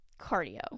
cardio